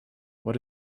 what